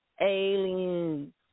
aliens